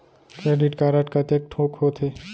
Credit card कतेक ठोक होथे?